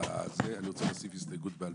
אני רוצה להוסיף הסתייגות בעל פה.